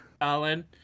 Alan